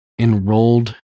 enrolled